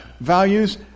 values